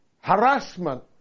harassment